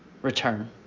Return